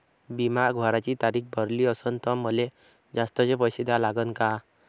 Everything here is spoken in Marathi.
बिमा भराची तारीख भरली असनं त मले जास्तचे पैसे द्या लागन का?